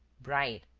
bright,